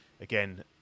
Again